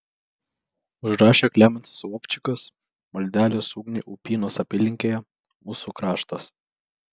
užrašė klemensas lovčikas maldelės ugniai upynos apylinkėje mūsų kraštas